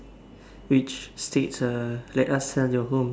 which states uh let us sell your home